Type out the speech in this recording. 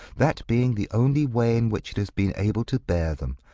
that being the only way in which it has been able to bear them.